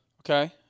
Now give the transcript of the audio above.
Okay